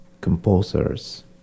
composers